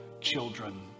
children